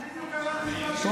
יש שר?